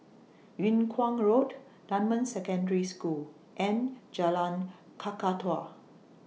Yung Kuang Road Dunman Secondary School and Jalan Kakatua